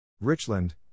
Richland